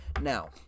Now